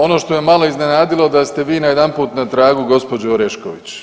Ono što je malo iznenadilo da ste vi najedanput na tragu gospođe Orešković.